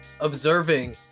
observing